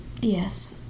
yes